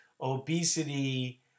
obesity